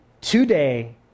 today